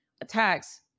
attacks